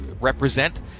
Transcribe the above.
represent